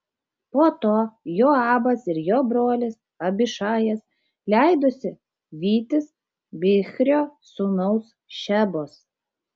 po to joabas ir jo brolis abišajas leidosi vytis bichrio sūnaus šebos